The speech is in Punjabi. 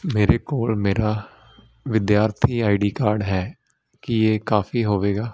ਮੇਰੇ ਕੋਲ ਮੇਰਾ ਵਿਦਿਆਰਥੀ ਆਈ ਡੀ ਕਾਰਡ ਹੈ ਕੀ ਇਹ ਕਾਫ਼ੀ ਹੋਵੇਗਾ